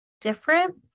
different